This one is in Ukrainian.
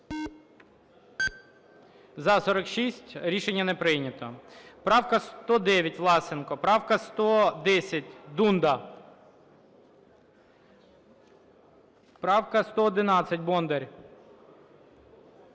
За-46 Рішення не прийнято. Правка 109, Власенко. Правка 110, Дунда. Правка 111, Бондар.